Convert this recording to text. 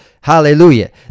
hallelujah